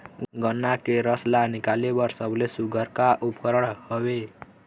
गन्ना के रस ला निकाले बर सबले सुघ्घर का उपकरण हवए?